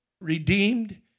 redeemed